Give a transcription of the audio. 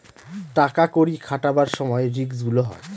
টাকা কড়ি খাটাবার সময় রিস্ক গুলো হয়